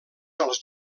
als